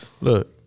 look